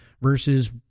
versus